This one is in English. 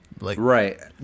Right